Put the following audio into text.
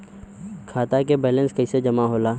खाता के वैंलेस कइसे जमा होला?